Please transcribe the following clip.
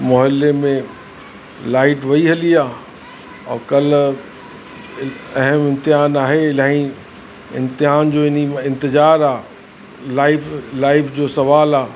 मुहले में लाइट वई हली आहे और कल्ह अहम इम्तिहानु आहे इलाही इम्तिहान जो इन इंतिज़ारु आहे लाइफ लाइफ जो सुवालु आहे